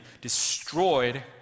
destroyed